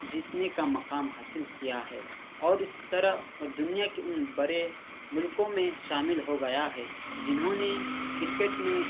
جیتنے کا مقام حاصل کیا ہے اور اس طرح وہ دنیا کے ان بڑے ملکوں میں شامل ہو گیا ہے جنہوں نے کرکٹ میں